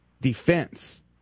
defense